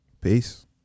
peace